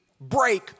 break